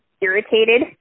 irritated